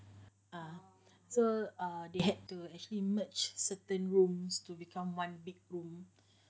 ah so err they had to actually emerged certain rooms to become one big room